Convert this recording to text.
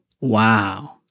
Wow